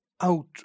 Out